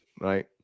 right